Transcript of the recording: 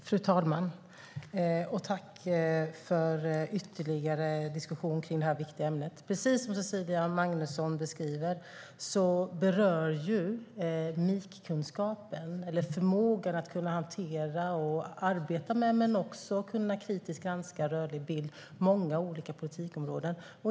Fru talman! Tack för ytterligare diskussion i detta viktiga ämne. Precis som Cecilia Magnusson beskriver berör MIK, förmågan att hantera och arbeta samt kritiskt granska rörlig bild, många olika politikområden.